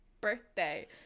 birthday